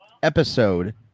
Episode